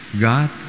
God